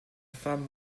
femme